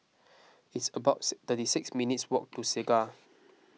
it's about thirty six minutes' walk to Segar